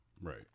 right